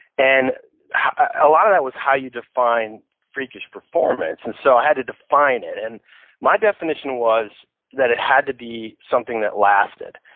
and a lot of that was how you define freakish performance and so i had to define it. and my definition was that it had to be something that lasted.